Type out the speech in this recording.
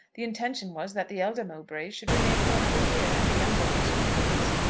the intention was that the elder mowbray should remain for another year, and the younger for two years.